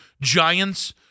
giants